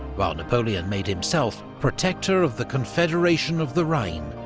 while napoleon made himself protector of the confederation of the rhine